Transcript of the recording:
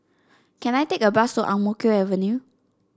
can I take a bus to Ang Mo Kio Avenue